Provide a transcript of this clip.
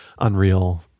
Unreal